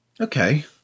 Okay